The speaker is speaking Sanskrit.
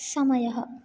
समयः